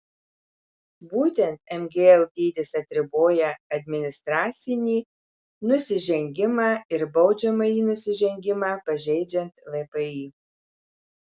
būtent mgl dydis atriboja administracinį nusižengimą ir baudžiamąjį nusižengimą pažeidžiant vpį